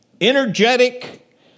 energetic